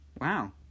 Wow